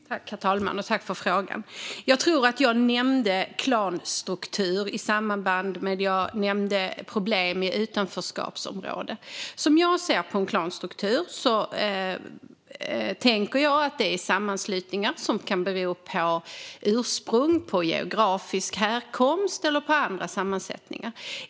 Herr talman! Jag tackar för frågan. Jag tror att jag nämnde ordet klanstruktur i samband med att jag nämnde problem i utanförskapsområden. Som jag ser på en klanstruktur tänker jag att det är en sammanslutning som kan grundas på ursprung, på geografisk härkomst eller på andra sammansättningar.